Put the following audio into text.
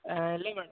இல்லைங்க மேடம்